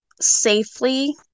safely